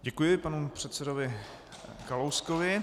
Děkuji panu předsedovi Kalouskovi.